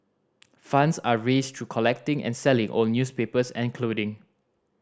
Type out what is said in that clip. funds are raised through collecting and selling old newspapers and clothing